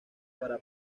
para